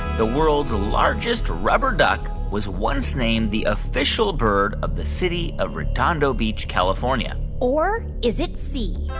the world's largest rubber duck was once named the official bird of the city of redondo beach, calif? um yeah or is it c,